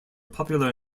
popular